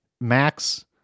Max